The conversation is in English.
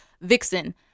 Vixen